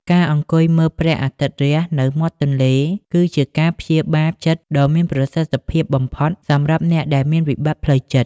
ការអង្គុយមើលព្រះអាទិត្យរះនៅមាត់ទន្លេ គឺជាការព្យាបាលចិត្តដ៏មានប្រសិទ្ធភាពបំផុតសម្រាប់អ្នកដែលមានវិបត្តិផ្លូវចិត្ត។